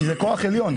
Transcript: כי זה כוח עליון.